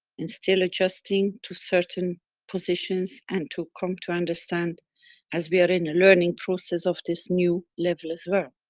and still adjusting to certain positions and to come to understand as we are in a learning process of this new level, as well.